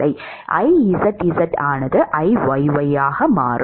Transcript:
Izz ஆனது Iyy ஆக மாறும்